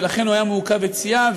ולכן הוא היה מעוכב יציאה,